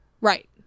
Right